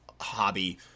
hobby